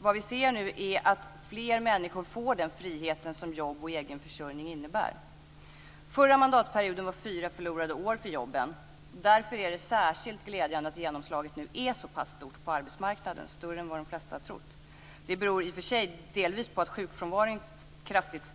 Vad vi nu ser är att fler människor får den frihet som jobb och egen försörjning innebär. Förra mandatperioden var fyra förlorade år för jobben. Därför är det särskilt glädjande att genomslaget är så pass stort på arbetsmarknaden, större än de flesta trott. Det beror i och för sig delvis på att sjukfrånvaron har stigit